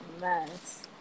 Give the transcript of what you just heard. nice